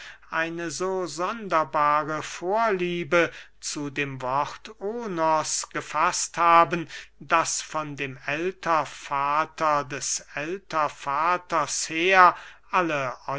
eine so sonderbare vorliebe zu dem worte onos gefaßt haben daß von dem ältervater des ältervaters her alle